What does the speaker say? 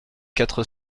quatre